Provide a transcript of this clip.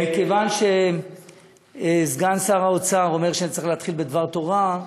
מכיוון שסגן שר האוצר אומר שאני צריך להתחיל בדבר תורה,